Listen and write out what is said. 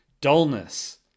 dullness